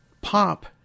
pop